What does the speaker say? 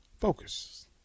Focus